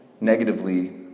negatively